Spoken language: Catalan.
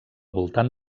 voltant